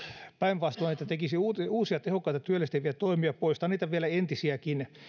päinvastoin että tekisi uusia uusia tehokkaita työllistäviä toimia poistaa vielä niitä entisiäkin